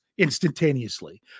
instantaneously